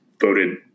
voted